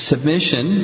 Submission